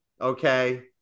Okay